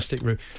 route